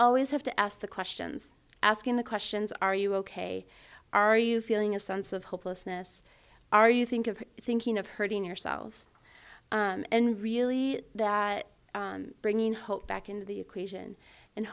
always have to ask the questions asking the questions are you ok are you feeling a sense of hopelessness are you think of thinking of hurting yourselves and really that bringing hope back into the equation and